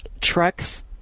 trucks